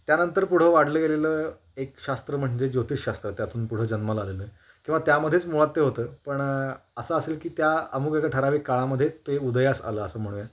त्यानंतर पुढं वाढलं गेलेलं एक शास्त्र म्हणजे ज्योतिषशास्त्र त्यातून पुढं जन्माला आलेलं किंवा त्यामध्येच मुळात ते होतं पण असं असेल की त्या अमूक एका ठरावीक काळामध्ये ते उदयास आलं असं म्हणूया